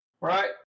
Right